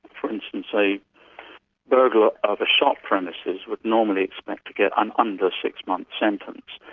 for instance a burglar of a shop premises would normally expect to get an under six months' sentence.